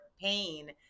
pain